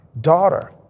daughter